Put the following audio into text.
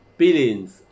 billions